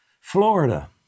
Florida